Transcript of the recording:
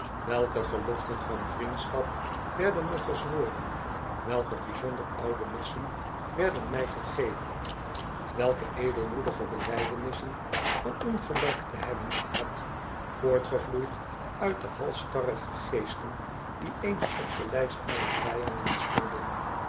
welke geloften van vriendschap werden nog gezworen welke bijzonder oude messen werden mij gegeven welke edelmoedige belijdenissen van ongelijk te hebben gehad voortgevloeid uit de halsstarige geesten die eens op de lijst mijner vijanden stonden